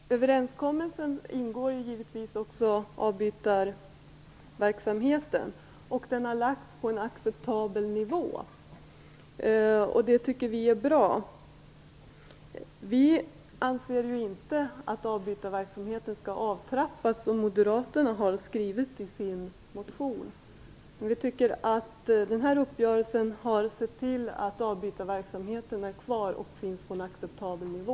Fru talman! I överenskommelsen ingår givetvis också avbytarverksamheten. Verksamheten har lagts på en acceptabel nivå, vilket vi tycker är bra. Vi anser inte att avbytarverksamheten skall avtrappas, som Moderaterna har föreslagit i sin motion. Vi tycker att vi genom uppgörelsen har sett till att avbytarverksamheten skall få fortsätta och vara på en acceptabel nivå.